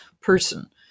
person